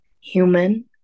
human